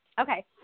Okay